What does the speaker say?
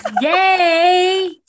Yay